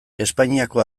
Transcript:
espainiako